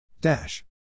Dash